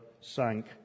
sank